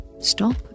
stop